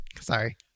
Sorry